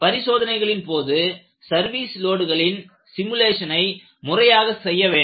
பரிசோதனைகளின் போது சர்வீஸ் லோடுகளின் சிமுலேஷன் ஐ முறையாக செய்ய வேண்டும்